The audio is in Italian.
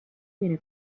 viene